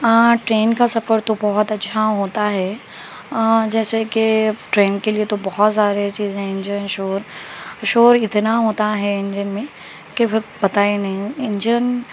train کا سفر تو بہت اچھا ہوتا ہے جیسے کہ ٹرین کے لیے تو بہت زیادے چیزیں انجن شور شور اتنا ہوتا ہے انجن میں کہ وہ پتہ ہی نہیں انجن